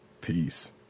Peace